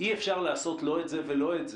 אי-אפשר לעשות לא את זה ולא את זה,